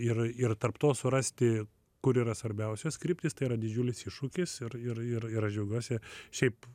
ir ir tarp to surasti kur yra svarbiausios kryptys tai yra didžiulis iššūkis ir ir ir ir aš džiaugiuosi šiaip